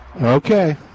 Okay